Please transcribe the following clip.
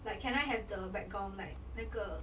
like can I have the background like 那个